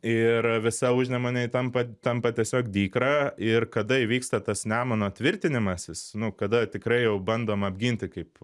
ir visa užnemunė ji tampa tampa tiesiog dykra ir kada įvyksta tas nemuno tvirtinimasis nu kada tikrai jau bandoma apginti kaip